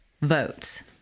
votes